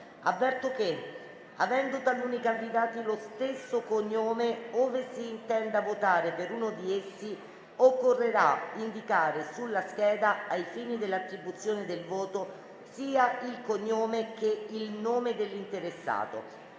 Avverto che, avendo taluni candidati lo stesso cognome, ove si intenda votare per uno di essi occorrerà indicare sulla scheda, ai fini dell'attribuzione del voto, sia il cognome che il nome dell'interessato.